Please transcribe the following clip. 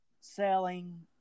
selling